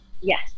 Yes